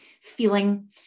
feeling